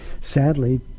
sadly